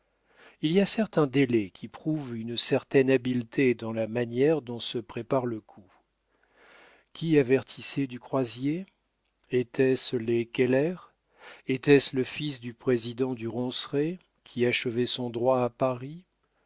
détail qui prouve une certaine habileté dans la manière dont se prépara le coup qui avertissait du croisier était-ce les keller était-ce le fils du président du ronceret qui achevait son droit à paris